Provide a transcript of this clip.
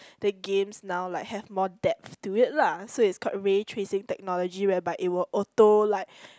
the games now like have more depth to it lah so it's called ray tracing technology whereby it will like auto like